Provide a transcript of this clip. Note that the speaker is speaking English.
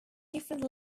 different